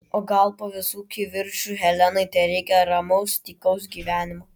o gal po visų kivirčų helenai tereikia ramaus tykaus gyvenimo